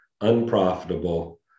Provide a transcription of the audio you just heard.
unprofitable